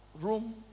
room